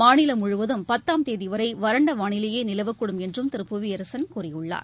மாநிலம் முழுவதும் பத்தாம் தேதிவரைவறண்டவாளிலைநிலவக்கூடும் என்றும் திரு புவியரசன் கூறியுள்ளார்